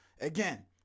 Again